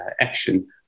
action